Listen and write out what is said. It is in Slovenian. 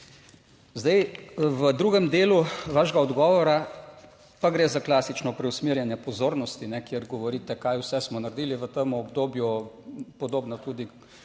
Zdaj v drugem delu vašega odgovora pa gre za klasično preusmerjanje pozornosti, kjer govorite kaj vse smo naredili v tem obdobju, podobno tudi koalicijske